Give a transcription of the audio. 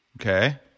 Okay